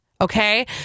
Okay